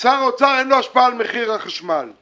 שצריך לפרק את המוסדות האלה